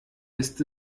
ist